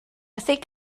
thick